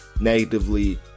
negatively